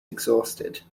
exhausted